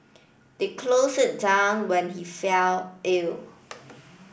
they closed it down when he fell ill